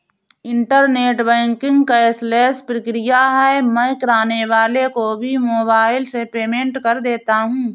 internet banking cashless प्रक्रिया है मैं किराने वाले को भी मोबाइल से पेमेंट कर देता हूँ